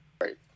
Right